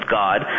god